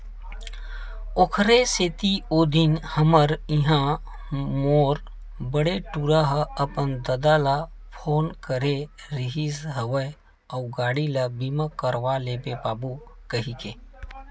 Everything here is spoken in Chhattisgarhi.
ओखरे सेती ओ दिन हमर इहाँ मोर बड़े टूरा ह अपन ददा ल फोन करे रिहिस हवय अउ गाड़ी ल बीमा करवा लेबे बाबू कहिके